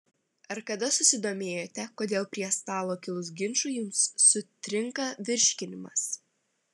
ar kada susidomėjote kodėl prie stalo kilus ginčui jums sutrinka virškinimas